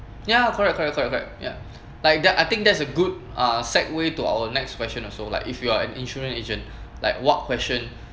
ya correct correct correct ya like that I think that's a good uh segue to our next question also like if you are an insurance agent like what question